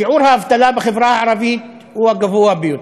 שיעור האבטלה בחברה הערבית הוא הגבוה ביותר,